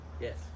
Yes